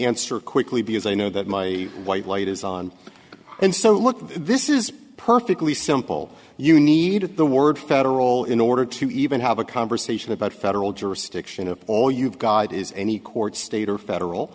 answer quickly because i know that my white light is on and so look this is perfectly simple you need at the word federal in order to even have a conversation about federal jurisdiction of all you've got is any court state or federal